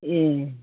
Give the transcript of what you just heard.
ए